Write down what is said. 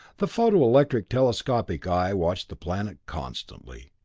the photo-electric telescopic eye watched the planet constantly,